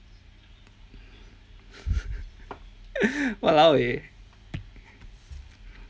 !walao! eh